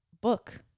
book